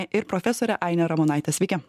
ir profesorė aine ramonaite sveiki